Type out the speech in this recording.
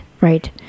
right